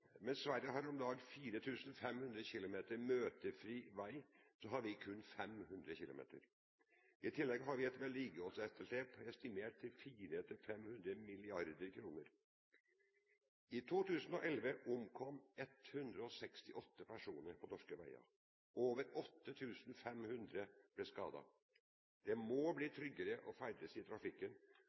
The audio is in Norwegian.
Mens Sverige har om lag 4 500 km møtefri vei, har vi kun 500 km. I tillegg har vi et vedlikeholdsetterslep estimert til 400–500 mrd. kr. I 2011 omkom 168 personer på norske veier. Over 8 500 ble skadd. Det må bli tryggere å ferdes i trafikken,